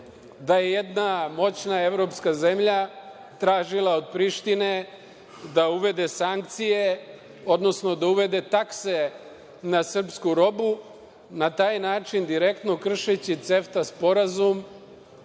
da je jedna moćna evropska zemlja tražila od Prištine da uvede sankcije, odnosno da uvede takse na srpsku robu na taj način direktno kršeći CEFTA sporazum,